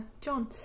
John